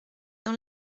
dans